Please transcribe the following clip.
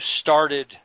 started